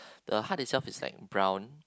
the heart itself is like brown